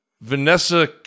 Vanessa